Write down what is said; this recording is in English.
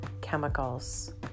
chemicals